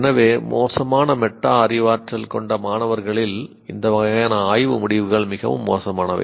எனவே மோசமான மெட்டா அறிவாற்றல் கொண்ட மாணவர்களில் இந்த வகையான ஆய்வு முடிவுகள் மிகவும் மோசமானவை